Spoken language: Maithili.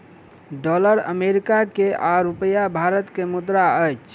डॉलर अमेरिका के आ रूपया भारत के मुद्रा अछि